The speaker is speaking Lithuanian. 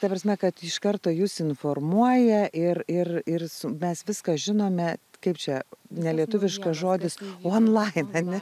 ta prasme kad iš karto jus informuoja ir ir ir mes viską žinome kaip čia nelietuviškas žodis on lain a ne